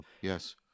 Yes